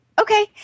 okay